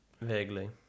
vaguely